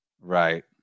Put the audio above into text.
Right